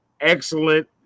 excellent